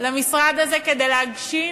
למשרד הזה כדי להגשים